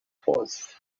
pause